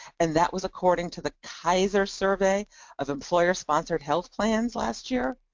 and that was according to the kaiser survey of employer sponsored health plans last year.